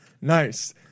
Nice